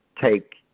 Take